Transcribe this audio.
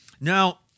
Now